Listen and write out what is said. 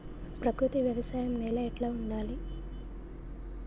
ప్రకృతి వ్యవసాయం నేల ఎట్లా ఉండాలి?